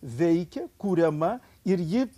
veikia kuriama ir ji